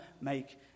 make